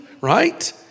right